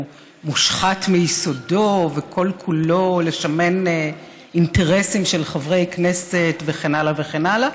מושחת מיסודו וכל-כולו לשמן אינטרסים של חברי כנסת וכן הלאה וכן הלאה.